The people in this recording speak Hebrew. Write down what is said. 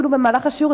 אפילו במהלך השיעור,